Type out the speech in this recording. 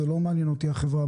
לא מעניינת אותי החברה,